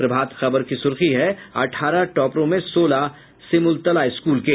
प्रभात खबर की सुर्खी है अठारह टॉपरों में सोलह सिमुलतला स्कूल के